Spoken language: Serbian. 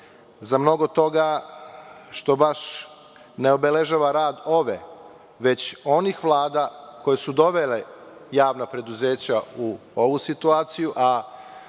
za mnogo toga što baš ne obeležava rad ove, već onih vlada koje su dovele javna preduzeća u ovu situaciju,